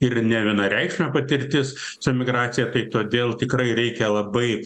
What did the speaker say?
ir nevienareikšmė patirtis su emigracija kai todėl tikrai reikia labai